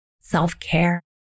self-care